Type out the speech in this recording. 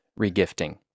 Regifting